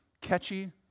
catchy